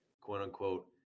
quote-unquote